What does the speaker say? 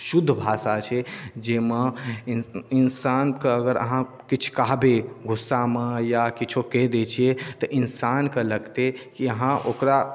शुद्ध भाषा छियै जाहिमे इन इन्सानके अगर अहाँ किछु कहबै गुस्सामे या किछो कहि दै छियै तऽ इन्सानके लगते की अहाँ ओकरा